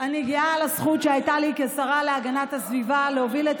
אני גאה על הזכות שהייתה לי כשרה להגנת הסביבה להוביל את